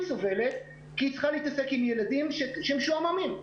סובלת כי היא צריכה להתעסק עם ילדים שהם משועממים.